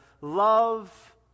love